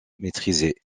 maîtriser